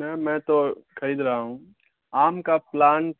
میں میں تو خرید رہا ہوں آم کا پلانٹ